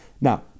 Now